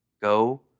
Go